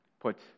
put